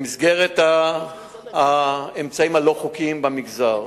במסגרת האמצעים הלא-חוקיים במגזר,